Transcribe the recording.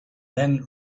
then